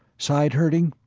side hurting?